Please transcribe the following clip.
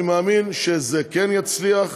אני מאמין שזה כן יצליח,